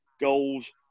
goals